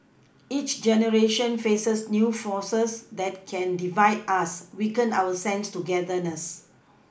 each generation faces new forces that can divide us weaken our sense of togetherness